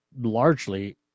largely